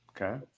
Okay